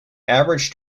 average